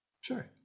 Sure